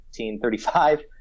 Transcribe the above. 1935